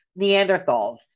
Neanderthals